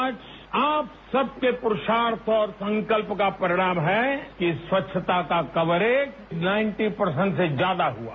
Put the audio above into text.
आज आप सब के पुरुषार्थ और संकल्प का परिणाम है कि स्वच्छता का कवरेज नब्बे परसेंट से ज्यादा हआ